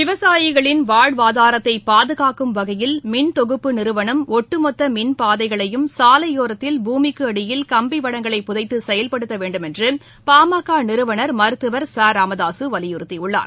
விவசாயிகளின் வாழ்வாதாரத்தை பாதுகாக்கும் வகையில் மின்தொகுப்பு நிறுவனம் ஒட்டுமொத்த மின்பாதைகளையும் சாலையோரத்தில் பூமிக்கு அடியில் கம்பிவடங்களை புதைத்து செயல்படுத்த வேண்டும் என்று பாமக நிறுவனர் மருத்துவர் ச ராமதாசு வலியுறுத்தியுள்ளார்